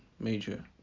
major